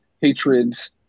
hatreds